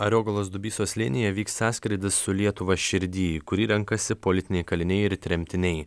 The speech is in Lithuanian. ariogalos dubysos slėnyje vyks sąskrydis su lietuva širdy į kurį renkasi politiniai kaliniai ir tremtiniai